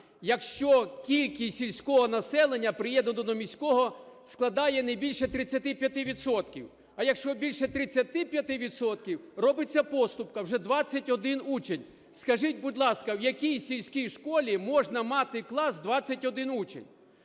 якщо кількість сільського населення приєднано до міського, складає не більше 35 відсотків, а якщо більше 35 відсотків, робиться поступка – вже 21 учень. Скажіть, будь ласка, в якій сільській школі можна мати клас 21 учень?